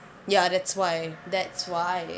ya that's why that's why